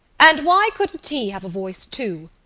and why couldn't he have a voice too?